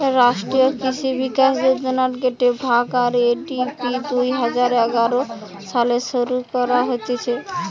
রাষ্ট্রীয় কৃষি বিকাশ যোজনার গটে ভাগ, আর.এ.ডি.পি দুই হাজার এগারো সালে শুরু করা হতিছে